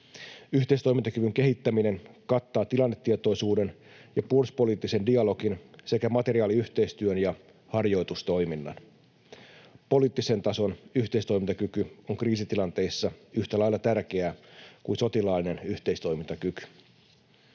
Yhteistoimintakyvyn kehittäminen kattaa tilannetietoisuuden ja puolustuspoliittisen dialogin sekä materiaaliyhteistyön ja harjoitustoiminnan. Poliittisen tason yhteistoimintakyky on kriisitilanteissa yhtä lailla tärkeää kuin sotilaallinen yhteistoimintakyky.